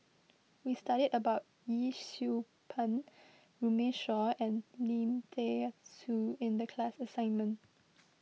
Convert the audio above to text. we studied about Yee Siew Pun Runme Shaw and Lim thean Soo in the class assignment